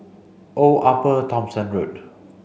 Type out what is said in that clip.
Old Upper Thomson Road